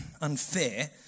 unfair